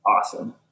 awesome